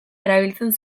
erabiltzen